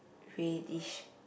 reddish